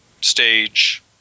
stage